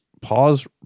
Pause